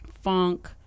funk